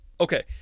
okay